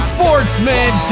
Sportsman